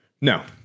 No